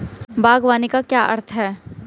बागवानी का क्या अर्थ है?